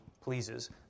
pleases